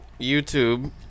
youtube